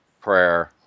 prayer